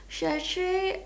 she actually